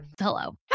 hello